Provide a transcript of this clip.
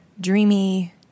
dreamy